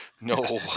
No